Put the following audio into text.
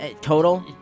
Total